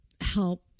help